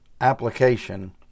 application